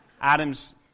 Adam's